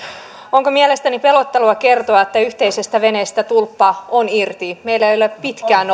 onko mielestänne pelottelua kertoa että yhteisestä veneestä tulppa on irti ja meillä ei ole pitkään